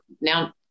now